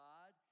God